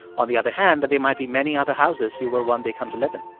on the other hand, that there might be many other houses you will one day come to live in?